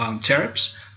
tariffs